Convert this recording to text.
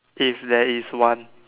if there is one